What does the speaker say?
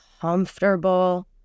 comfortable